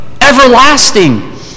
everlasting